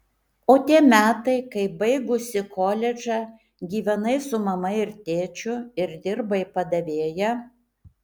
o tie metai kai baigusi koledžą gyvenai su mama ir tėčiu ir dirbai padavėja